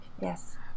yes